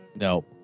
No